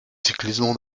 ciclismo